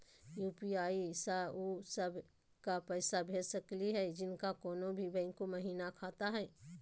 UPI स उ सब क पैसा भेज सकली हई जिनका कोनो भी बैंको महिना खाता हई?